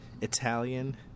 Italian